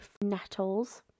Nettles